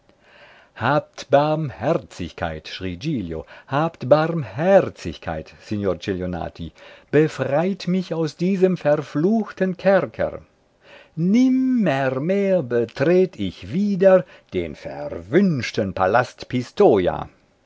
barmherzigkeit schrie giglio habt barmherzigkeit signor celionati befreit mich aus diesem verfluchten kerker nimmermehr betret ich wieder den verwünschten palast